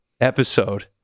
episode